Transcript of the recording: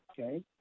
okay